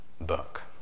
book